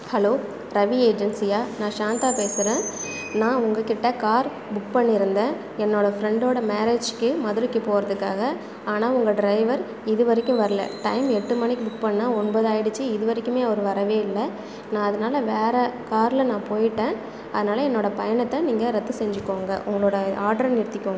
hello Ravi ஏஜென்சியா நான் சாந்தா பேசுகிறேன் நான் உங்ககிட்ட கார் புக் பண்ணிருந்தேன் என்னோட ஃப்ரெண்டோட மேரேஜ்க்கு மதுரைக்கு போகிறதுக்காக ஆனால் உங்கள் டிரைவர் இதுவரைக்கும் வரல டைம் எட்டு மணிக்கு புக் பண்ணேன் ஒன்பது ஆயிடுச்சு இதுவரைக்குமே அவர் வரவே இல்லை நான் அதனால வேற காரில் நான் போயிட்டேன் அதனால் என்னோட பயணத்தை நீங்கள் ரத்து செஞ்சுக்கோங்க உங்களோடய ஆர்டரை நிறுத்திக்கோ